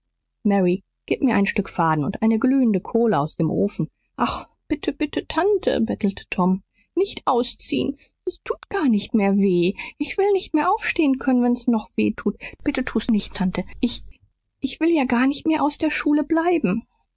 mary gib mir ein stück faden und eine glühende kohle aus dem ofen ach bitte bitte tante bettelte tom nicht ausziehen s tut gar nicht mehr weh ich will nicht mehr aufstehen können wenn's noch weh tut bitte tu's nicht tante ich will ja gar nicht mehr aus der schule bleiben